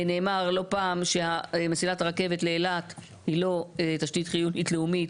נאמר לא פעם שמסילת הרכבת לאילת היא לא תשתית חיונית לאומית.